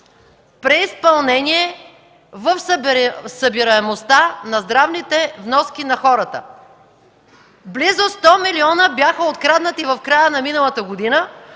преизпълнение в събираемостта на здравните вноски на хората. Близо 100 милиона бяха откраднати в края на миналата година